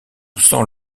sent